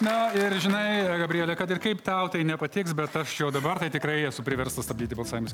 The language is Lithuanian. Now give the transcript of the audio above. na ir žinai gabriele kad ir kaip tau tai nepatiks bet aš jau dabar tikrai esu priverstas stabdyti balsavimą